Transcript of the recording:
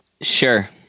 Sure